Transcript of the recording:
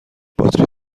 باتری